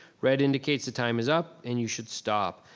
red indicates the time is up and you should stop.